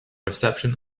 reception